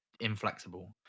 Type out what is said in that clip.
inflexible